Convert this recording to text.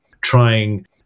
trying